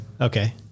Okay